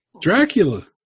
Dracula